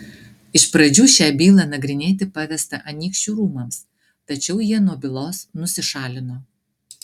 iš pradžių šią bylą nagrinėti pavesta anykščių rūmams tačiau jie nuo bylos nusišalino